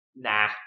Nah